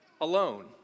alone